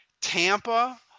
Tampa